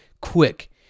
quick